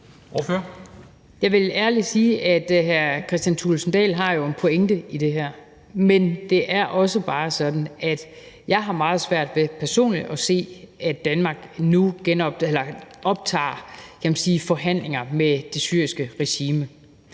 Jeg vil sige ærligt, at hr. Kristian Thulesen Dahl jo har en pointe i det her. Men det er også bare sådan, at jeg har meget svært ved personligt at se, at Danmark nu, kan man sige, optager forhandlinger med det syriske regime.